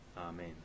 amen